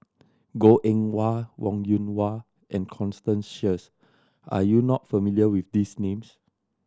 Goh Eng Wah Wong Yoon Wah and Constance Sheares are you not familiar with these names